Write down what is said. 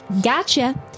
gotcha